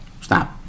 stop